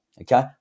okay